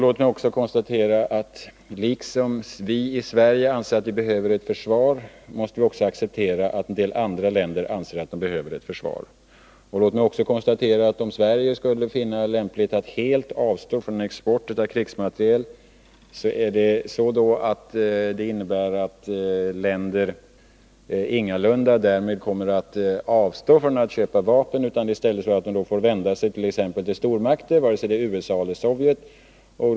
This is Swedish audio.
Låt mig också konstatera att liksom vi i Sverige anser att vi behöver ett försvar måste vi också acceptera att en del andra länder anser att de behöver ett försvar. Låt mig också konstatera att om Sverige skulle finna det lämpligt att helt avstå från export av krigsmateriel innebär det att länder ingalunda därmed kommer att avstå från att köpa vapen, utan i stället kommer att vända sig till t.ex. stormakterna, vare sig det är fråga om USA eller Sovjet.